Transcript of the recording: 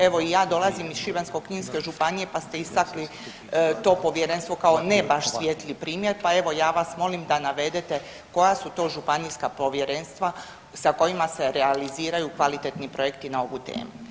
Evo i ja dolazim iz Šibensko-kninske županije pa ste istakli to povjerenstvo kao ne baš svijetli primjer, pa evo ja vas molim da navedete koja su to županijska povjerenstva sa kojima se realiziraju kvalitetni projekti na ovu temu.